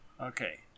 Okay